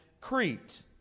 Crete